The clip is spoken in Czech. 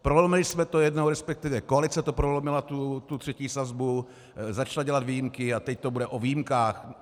Prolomili jsme to jednou, respektive koalice to prolomila, tu třetí sazbu, začala dělat výjimky a teď to bude o výjimkách.